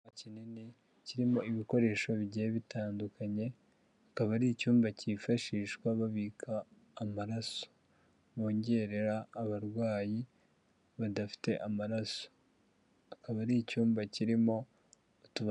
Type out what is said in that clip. Icyumba kinini kirimo ibikoresho bigiye bitandukanye, akaba ari icyumba cyifashishwa babika amaraso, bongerera abarwayi badafite amaraso, akaba ari icyumba kirimo utubati